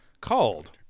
called